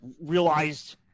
realized